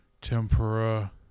tempura